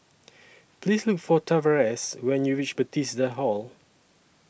Please Look For Tavares when YOU REACH Bethesda Hall